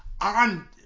on